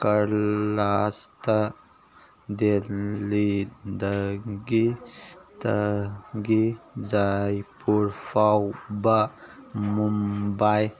ꯀꯔꯂꯥꯁꯇ ꯗꯦꯜꯂꯤꯗꯒꯤ ꯇꯒꯤ ꯖꯥꯏꯄꯨꯔ ꯐꯥꯎꯕ ꯃꯨꯝꯕꯥꯏ